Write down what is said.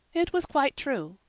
it was quite true.